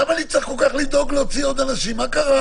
מה זה "אירוע"?